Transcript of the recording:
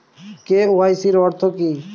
KYC অর্থ কি?